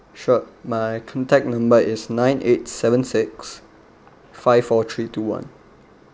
sure my contact number is nine eight seven six five four three two one